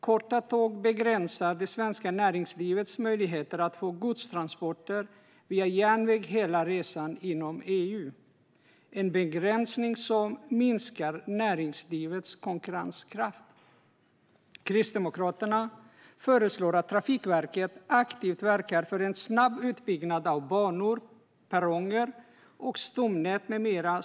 Korta tåg begränsar det svenska näringslivets möjligheter att få godstransporter via järnväg hela resan inom EU. Det är en begränsning som minskar näringslivets konkurrenskraft. Kristdemokraterna föreslår att Trafikverket aktivt ska verka för en snabb utbyggnad av banor, perronger, stomnät med mera.